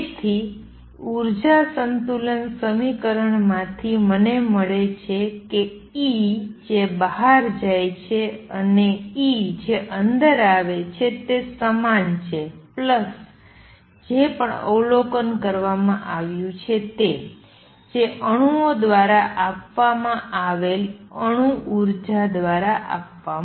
તેથી ઉર્જા સંતુલન સમીકરણમાંથી મને મળે છે કે E જે બહાર જાય છે તે અને E જે અંદર આવે છે તે સમાન છે પ્લસ જે પણ અવલોકન કરવામાં આવ્યું છે તે જે અણુઓ દ્વારા આપવામાં આવેલ અણુ ઉર્જા દ્વારા આપવામાં આવ્યું છે